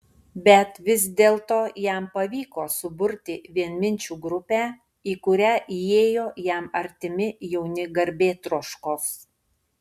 bet vis dėlto jam pavyko suburti vienminčių grupę į kurią įėjo jam artimi jauni garbėtroškos